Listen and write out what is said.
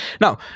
Now